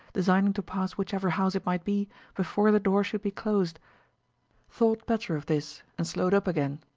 designing to pass whichever house it might be before the door should be closed thought better of this, and slowed up again,